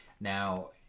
Now